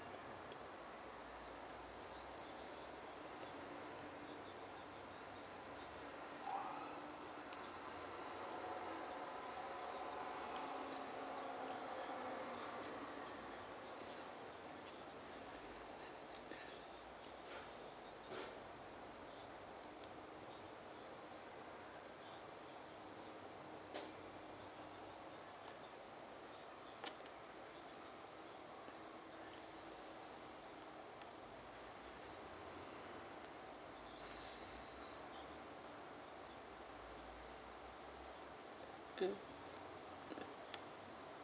mm